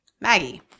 Maggie